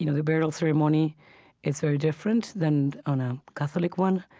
you know the burial ceremony is very different than on a catholic one.